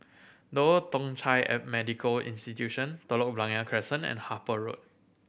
the Old Thong Chai a Medical Institution Telok Blangah Crescent and Harper Road